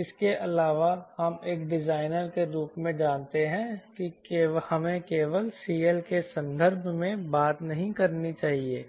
इसके अलावा हम एक डिजाइनर के रूप में जानते हैं कि हमें केवल CL के संदर्भ में बात नहीं करनी चाहिए